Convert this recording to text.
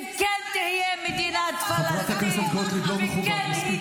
וכן תהיה מדינת פלסטין -- ארץ ישראל שלי יפה וגם פורחת.